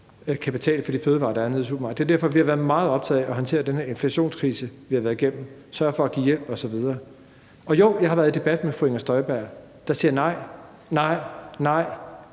kan betale for de fødevarer, der er nede i supermarkedet. Det er derfor, vi har været meget optaget af at håndtere den her inflationskrise, vi har været igennem, sørge for at give hjælp osv. Og jo, jeg har været i debat med fru Inger Støjberg, der siger nej, nej og nej